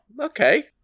okay